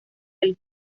del